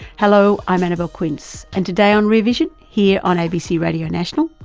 hello, i'm annabelle quince and today on rear vision here on abc radio national,